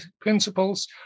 principles